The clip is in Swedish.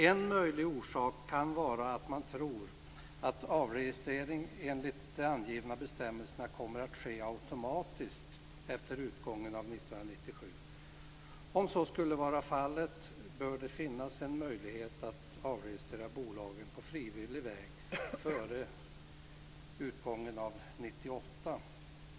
En möjlig orsak kan vara att man tror att avregistrering enligt de angivna bestämmelserna kommer att ske automatiskt efter utgången av år 1997. Om så skulle vara fallet bör det finnas en möjlighet att avregistrera bolagen på frivillig väg före utgången av år 1998.